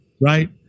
Right